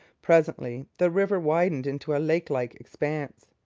presently the river widened into a lakelike expanse.